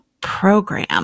Program